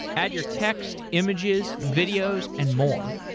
add your text, images, videos and more.